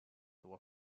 were